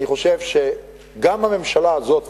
אני חושב שגם הממשלה הזאת,